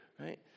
right